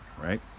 right